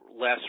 less